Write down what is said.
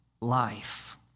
life